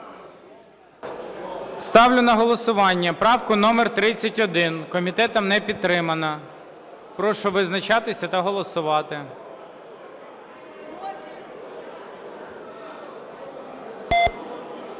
Ставлю на голосування правку номер 31. Комітетом не підтримана. Прошу визначатися та голосувати.